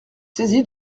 saisi